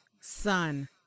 Son